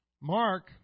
Mark